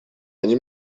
они